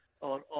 on